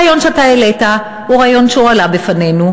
הרעיון שאתה העלית הוא רעיון שהועלה בפנינו,